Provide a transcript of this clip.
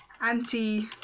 anti